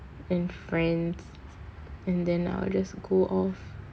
and friend and then I will just go off